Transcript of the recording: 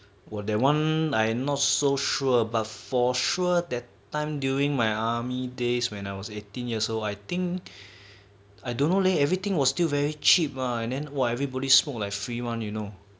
!wah! that one I not so sure but for sure that time during my army days when I was eighteen years old I think I don't know leh everything was still very cheap ah and then !wah! everybody smoke like free one you know